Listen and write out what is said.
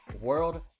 world